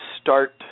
start